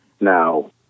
Now